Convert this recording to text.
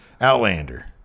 Outlander